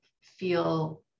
feel